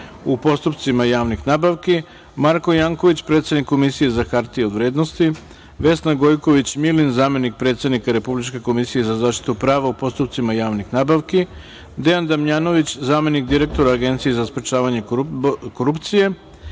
u postupcima javnih nabavki; Marko Janković, predsednik Komisije za hartije od vrednosti; Vesna Gojković Milin, zamenik predsednika Republičke komisije za zaštitu prava u postupcima javnih nabavki; Dejan Damjanović, zamenik direktora Agencije za sprečavanje korupcije;